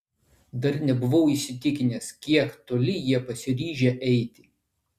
dar nebuvau įsitikinęs kiek toli jie pasiryžę eiti